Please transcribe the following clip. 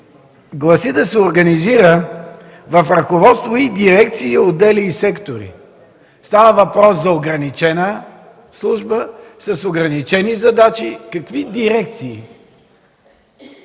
гласи да се организира в ръководство, дирекции, и отдели, и сектори. Става въпрос за ограничена служба, с ограничени задачи – какви дирекции!?